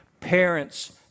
Parents